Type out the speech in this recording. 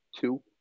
Two